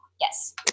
Yes